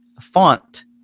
font